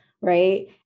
right